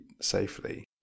safely